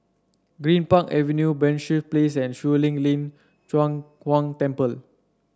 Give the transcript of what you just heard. Greenpark Avenue Penshurst Place and Shuang Lin Lin Cheng Huang Temple